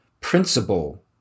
principle